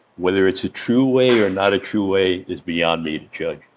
whether it's a true way or not a true way is beyond me to judge.